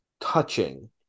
touching